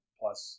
plus